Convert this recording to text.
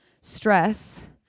Stress